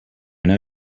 know